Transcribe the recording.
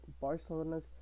Barcelona's